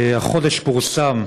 החודש פורסם